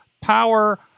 Power